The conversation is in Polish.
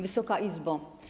Wysoka Izbo!